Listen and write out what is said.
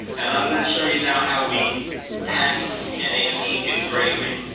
and i'm going to show you now how we pack an antique engraving.